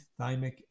thymic